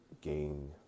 gain